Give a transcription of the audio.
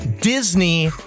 Disney